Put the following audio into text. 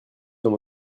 dans